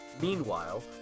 Meanwhile